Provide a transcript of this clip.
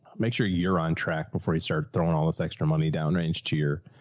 make sure you're on track before you start throwing all this extra money down range to your,